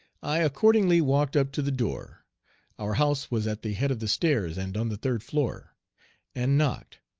i accordingly walked up to the door our house was at the head of the stairs and on the third floor and knocked,